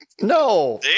No